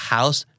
House